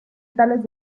tales